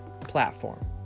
platform